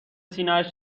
سینهاش